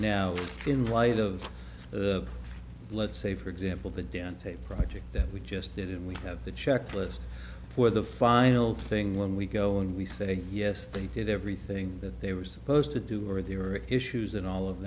now in light of the let's say for example the dentate project that we just did and we have the checklist for the final thing when we go and we say yes they did everything that they were supposed to do or there were issues and all of